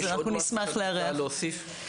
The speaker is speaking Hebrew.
אנחנו נשמח לארח.